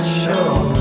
show